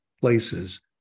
places